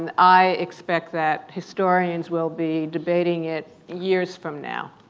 and i expect that historians will be debating it years from now.